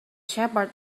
shepherd